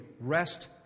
rest